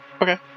okay